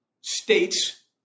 states